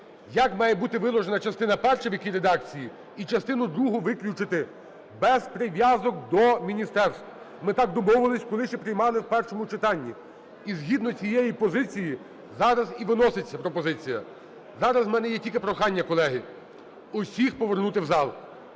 як має бути виложена частина перша, в якій редакції, і частину другу виключити, без прив'язок до міністерств. Ми так домовились, коли ще приймали в першому читанні. І згідно цієї позиції зараз і виноситься пропозиція. Зараз у мене є тільки прохання, колеги, всіх повернутися в зал.